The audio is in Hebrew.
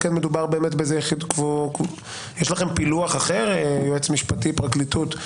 יועץ משפטי, פרקליטות,